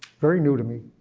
very new to me.